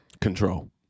Control